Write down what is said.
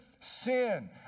sin